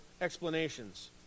explanations